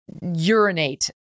urinate